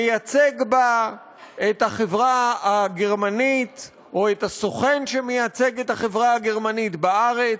מייצג את החברה הגרמנית או את הסוכן שמייצג את החברה הגרמנית בארץ?